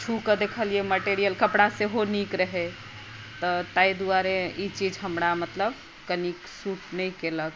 छूके देखलियै मेटेरीयल कपड़ा सेहो नीक रहै तऽ ताहि दुआरे ई चीज हमरा मतलब कनी शूट नहि कयलक